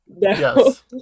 Yes